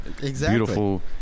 beautiful